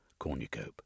Cornucope